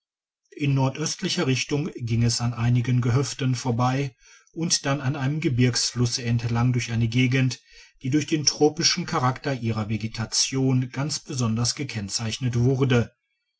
in nordöstlicher richtung ging es an einigen gehöften vorbei und dann an einem gebirgsflusse entlang durch eine gegend die durch den tropischen charakter ihrer vegetation ganz besonders gekennzeichnet wurde